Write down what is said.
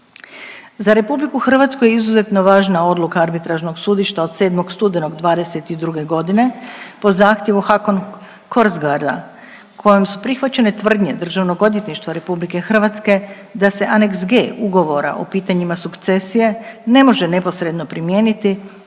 Za RH je izuzetno važna odluka arbitražnog sudišta od 7. studenog '22.g. po zahtjevu Haakon Korsgaarda kojom su prihvaćene tvrdnje Državnog odvjetništva RH da se Aneks G Ugovora o pitanjima sukcesije ne može neposredno primijeniti